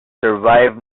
survive